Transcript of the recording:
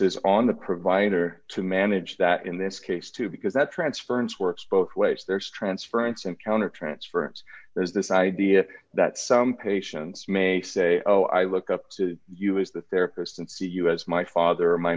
is on the provider to manage that in this case too because that transference works both ways there's transference and counter transference there's this idea that some patients may say oh i look up to you as the therapist and see you as my father